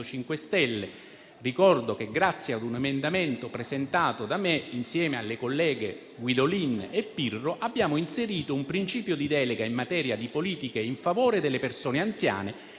5 Stelle. Ricordo che, grazie a un emendamento presentato da me insieme alle colleghe Guidolin e Pirro, abbiamo inserito un principio di delega in materia di politiche in favore delle persone anziane